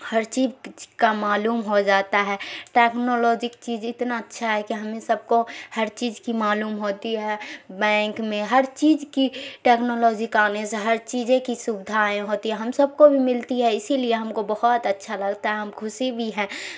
ہر چیز کا معلوم ہو جاتا ہے ٹیکنالوجک چیز اتنا اچھا ہے کہ ہمیں سب کو ہر چیز کی معلوم ہوتی ہے بینک میں ہر چیز کی ٹیکنالوجی کا آنے سے ہر چیز کی سویدھائیں ہوتی ہیں ہم سب کو بھی ملتی ہے اسی لیے ہم کو بہت اچھا لگتا ہے ہم خوشی بھی ہیں